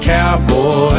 Cowboy